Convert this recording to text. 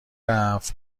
رفت